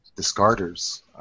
Discarders